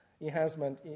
enhancement